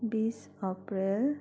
बिस अप्रिल